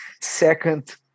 second